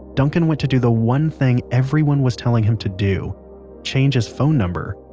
duncan went to do the one thing everyone was telling him to do change his phone number.